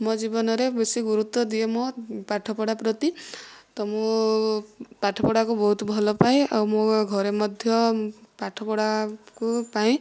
ମୋ ଜୀବନରେ ବେଶୀ ଗୁରୁତ୍ୱ ଦିଏ ମୋ ପାଠପଢ଼ା ପ୍ରତି ତ ମୁଁ ପାଠପଢ଼ାକୁ ବହୁତ ଭଲ ପାଏ ଆଉ ମୋ ଘରେ ମଧ୍ୟ ପାଠପଢ଼ାକୁ ପାଇଁ